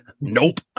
Nope